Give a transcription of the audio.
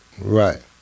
Right